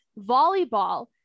volleyball